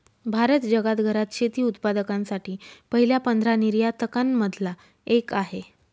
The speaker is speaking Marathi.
भारत जगात घरात शेती उत्पादकांसाठी पहिल्या पंधरा निर्यातकां न मधला एक आहे